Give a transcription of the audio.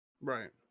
Right